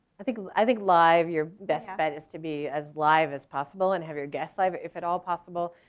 i think i think live, your best bet is to be as live as possible and have your guests live if at all possible.